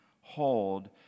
hold